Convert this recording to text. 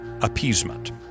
Appeasement